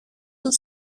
του